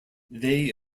they